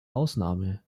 ausnahme